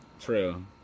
True